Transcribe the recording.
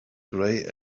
grey